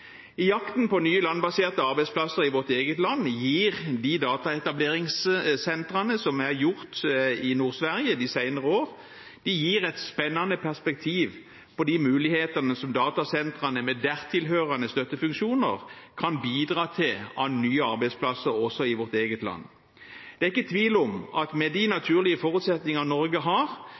I jakten på nye landbaserte arbeidsplasser i vårt eget land gir de datasentrene som er etablert i Nord-Sverige de senere år, et spennende perspektiv på de mulighetene for nye arbeidsplasser som datasentrene, med dertil hørende støttefunksjoner, kan bidra til også i vårt eget land. Det er ikke tvil om at med de naturlige forutsetningene Norge har